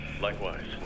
Likewise